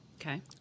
Okay